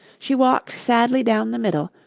she walked sadly down the middle,